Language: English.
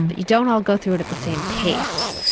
but you don't all go through it at the same pace,